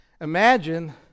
imagine